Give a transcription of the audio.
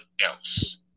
else